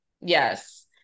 Yes